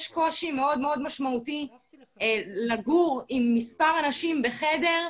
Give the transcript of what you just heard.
יש קושי מאוד משמעותי לגור עם מספר אנשים בחדר,